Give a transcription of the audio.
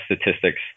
statistics